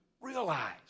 realize